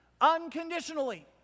Unconditionally